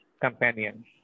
companion